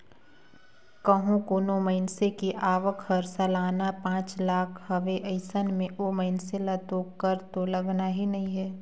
कंहो कोनो मइनसे के आवक हर सलाना पांच लाख हवे अइसन में ओ मइनसे ल तो कर तो लगना ही नइ हे